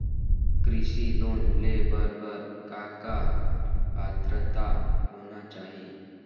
कृषि लोन ले बर बर का का पात्रता होना चाही?